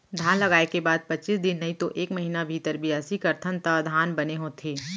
धान लगाय के बाद पचीस दिन नइतो एक महिना भीतर बियासी करथन त धान बने होथे